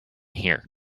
here